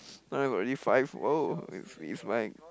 now got this five !wow! it's it's like